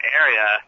area